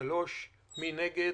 הצבעה בעד בקשת הממשלה 3 נגד,